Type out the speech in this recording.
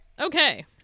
Okay